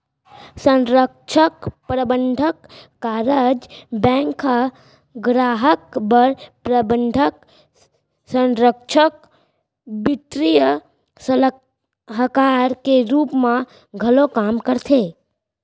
संरक्छक, परबंधक, कारज बेंक ह गराहक बर प्रबंधक, संरक्छक, बित्तीय सलाहकार के रूप म घलौ काम करथे